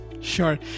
sure